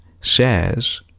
says